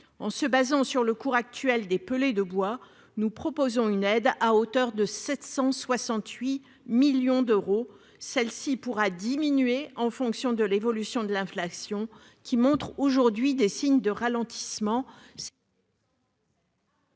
En se fondant sur le cours actuel des pellets de bois, nous proposons une aide à hauteur de 768 millions d'euros, qui pourra diminuer en fonction de l'évolution de l'inflation, laquelle montre aujourd'hui des signes de ralentissement.